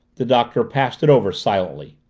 the doctor passed it over silently.